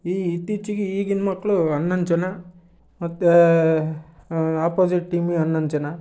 ಈ ಇತ್ತೀಚಿಗೆ ಈಗಿನ ಮಕ್ಕಳು ಹನ್ನೊಂದು ಜನ ಮತ್ತು ಆಪೋಸಿಟ್ ಟೀಮಿಗೆ ಹನ್ನೊಂದು ಜನ